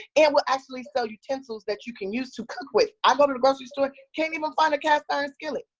and we'll actually sell utensils that you can use to cook with. i go but to the grocery store, can't even find a cast-iron skillet.